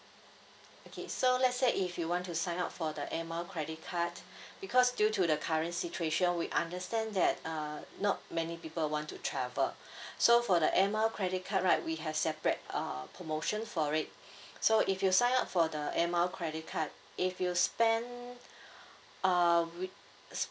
okay so let's say if you want to sign up for the air mile credit card because due to the current situation we understand that uh not many people want to travel so for the air mile credit card right we had separate uh promotion for it so if you sign up for the air mile credit card if you spent uh with